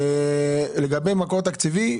לגבי מקור תקציבי,